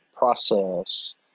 Process